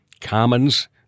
Commons